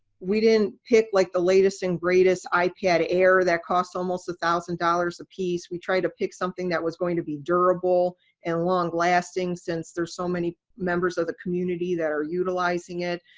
we didn't pick like the latest and greatest ipad air that costs almost one thousand dollars a piece. we tried to pick something that was going to be durable and long lasting, since there's so many members of the community that are utilizing it.